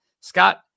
Scott